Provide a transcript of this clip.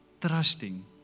trusting